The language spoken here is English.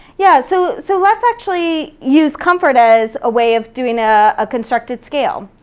yeah, so so let's actually use comfort as a way of doing ah a constructed scale.